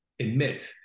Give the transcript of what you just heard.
admit